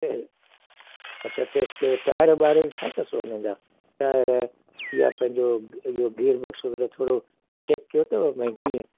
त अच्छा टेस्ट कयुव टायर बायर ॾिठा अथव हुन जा तार या पंहिंजो इहो गियर बॉक्स वग़ैरह थोरो चैक कयो अथव भई कीअं